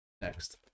next